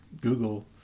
Google